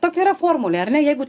tokia yra formulė ar ne jeigu